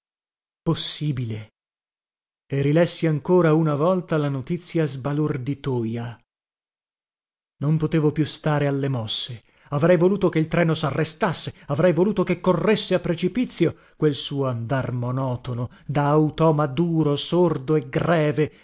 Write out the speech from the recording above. e rilessi ancora una volta la notizia sbalorditoja non potevo più stare alle mosse avrei voluto che il treno sarrestasse avrei voluto che corresse a precipizio quel suo andar monotono da automa duro sordo e greve